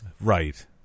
Right